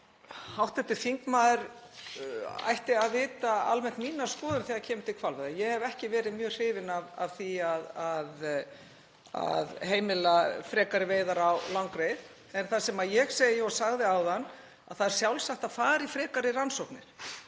Hv. þingmaður ætti að vita almennt mína skoðun þegar kemur að hvalveiðum, ég hef ekki verið mjög hrifin af því að heimila frekari veiðar á langreyði. En það sem ég segi og sagði áðan er að það er sjálfsagt að fara í frekari rannsóknir